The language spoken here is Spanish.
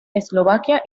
eslovaquia